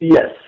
Yes